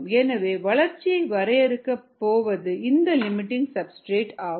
எனவே வளர்ச்சியைக் வரையறுக்க போவது இந்த லிமிட்டிங் சப்ஸ்டிரேட் ஆகும்